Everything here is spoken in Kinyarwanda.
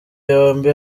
yombi